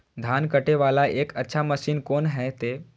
धान कटे वाला एक अच्छा मशीन कोन है ते?